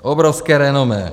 Obrovské renomé.